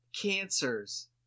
cancers